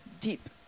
deep